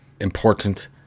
important